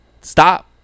stop